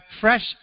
fresh